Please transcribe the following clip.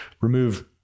remove